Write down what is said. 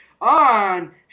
on